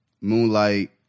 Moonlight